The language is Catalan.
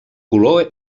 color